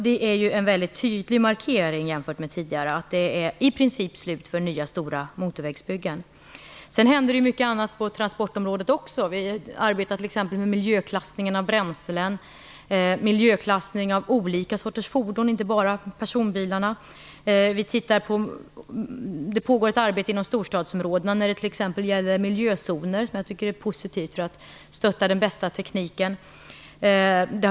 Det är en väldigt tydlig markering jämfört med tidigare, dvs. av att det i princip är slut med nya stora motorvägsbyggen. Det händer mycket annat på transportområdet. Vi arbetar t.ex. med miljöklassningen av bränslen och miljöklassning av olika sorters fordon, inte bara personbilar. Det pågår ett arbete inom storstadsområdena när det gäller miljözoner för att stötta den bästa tekniken, vilket är positivt.